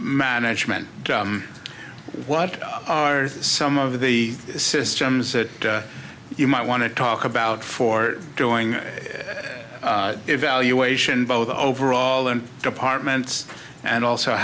management what are some of the systems that you might want to talk about for doing evaluation both overall and departments and also